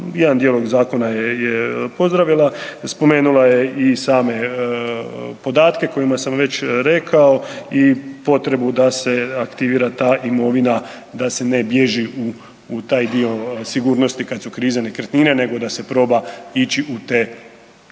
jedan dijalog zakona je pozdravila, spomenula je i same podatke o kojima sam već rekao i potrebu da se aktivira ta imovina da se ne bježi u taj dio sigurnosti kad su krize nekretnina nego da se proba ići u te, ulaganja